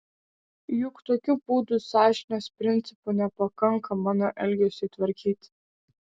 juk tokiu būdu sąžinės principų nepakanka mano elgesiui tvarkyti